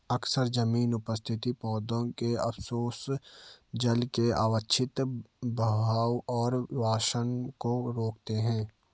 अक्सर जमीन पर उपस्थित पौधों के अवशेष जल के अवांछित बहाव और वाष्पन को रोकते हैं